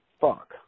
fuck